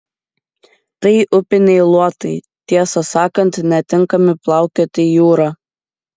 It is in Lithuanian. tai upiniai luotai tiesą sakant netinkami plaukioti jūra